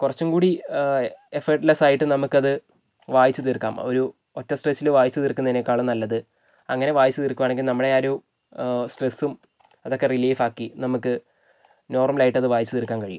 കുറച്ചും കൂടി effortless ആയിട്ട് നമുക്കത് വായിച്ച് തീർക്കാം ഒരു ഒറ്റ സ്ട്രെച്ചിൽ വായിച്ചു തീർക്കുന്നതിനേക്കാളും നല്ലത് അങ്ങനെ വായിച്ചു തീർക്കുവാണെങ്കിൽ നമ്മുടെ ആ ഒരു സ്ട്രെസ്സും അതൊക്കെ റീലീഫാക്കി നമുക്ക് നോർമലായിട്ടത് വായിച്ച് തീർക്കാൻ കഴിയും